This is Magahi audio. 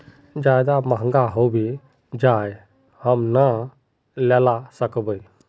ज्यादा महंगा होबे जाए हम ना लेला सकेबे?